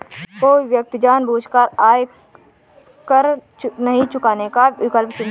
कोई व्यक्ति जानबूझकर आयकर नहीं चुकाने का विकल्प चुनता है